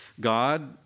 God